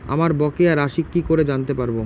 আমার বকেয়া রাশি কি করে জানতে পারবো?